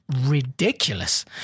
ridiculous